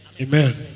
Amen